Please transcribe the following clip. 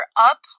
up